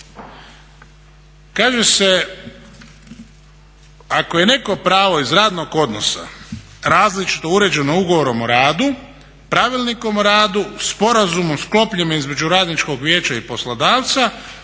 kaže se ako je neko pravo iz radnog odnosa različito uređeno Ugovorom o radu, Pravilnikom o radu, sporazumom sklopljenim između Radničkog vijeća i poslodavca,